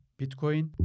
Bitcoin